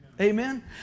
Amen